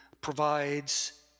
provides